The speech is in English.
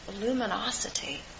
luminosity